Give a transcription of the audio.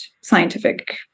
scientific